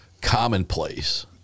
commonplace